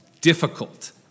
difficult